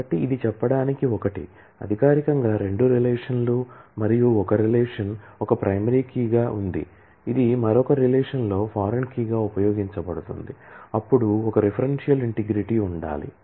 కాబట్టి ఇది చెప్పడానికి ఒకటి అధికారికంగా రెండు రిలేషన్లు మరియు ఒక రిలేషన్ ఒక ప్రైమరీ కీ గా ఉపయోగించబడుతుంది అప్పుడు ఒక రెఫరెన్షియల్ ఇంటిగ్రిటీ ఉండాలి